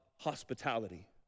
hospitality